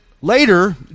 later